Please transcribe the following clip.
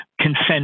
Consent